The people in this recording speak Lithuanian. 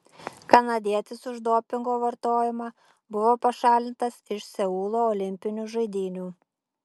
kanadietis už dopingo vartojimą buvo pašalintas iš seulo olimpinių žaidynių